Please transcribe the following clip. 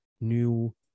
new